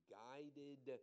guided